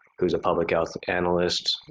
who's a public health analyst.